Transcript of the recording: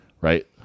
Right